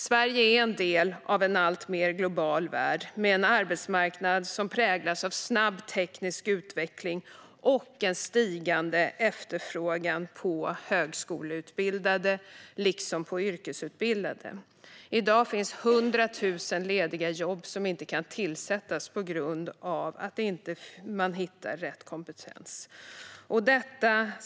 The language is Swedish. Sverige är en del av en alltmer global värld, med en arbetsmarknad som präglas av snabb teknisk utveckling och en stigande efterfrågan på högskoleutbildade, liksom på yrkesutbildade. I dag finns 100 000 lediga jobb som inte kan tillsättas på grund av att man inte hittar rätt kompetens.